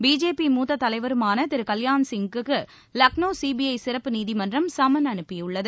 BJP மூத்த தலைவருமான திரு கவ்யாண்சிங்குக்கு லக்னோ சிபிஐ சிறப்பு நீதிமன்றம் சம்மன் அனுப்பியுள்ளது